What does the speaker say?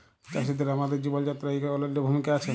চাষীদের আমাদের জীবল যাত্রায় ইক অলল্য ভূমিকা আছে